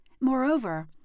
Moreover